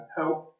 help